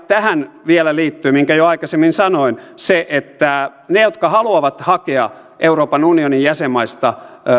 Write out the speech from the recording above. tähän vielä liittyy minkä jo aikaisemmin sanoin se että ne jotka haluavat hakea euroopan unionin jäsenmaista